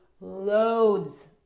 loads